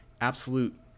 absolute